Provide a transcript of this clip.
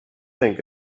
think